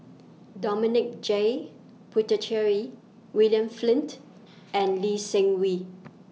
Dominic J Putecheary William Flint and Lee Seng Wee